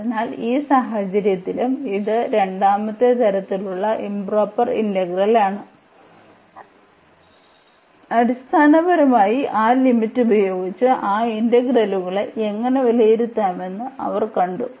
അതിനാൽ ഈ സാഹചര്യത്തിലും ഇത് രണ്ടാമത്തെ തരത്തിലുള്ള ഇംപ്റോപർ ഇന്റഗ്രലാണ് അടിസ്ഥാനപരമായി ആ ലിമിറ്റ് ഉപയോഗിച്ച് ആ ഇന്റഗ്രലുകളെ എങ്ങനെ വിലയിരുത്താമെന്ന് അവർ കണ്ടു